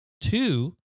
Two